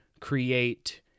create